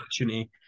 opportunity